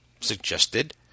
suggested